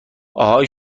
آهای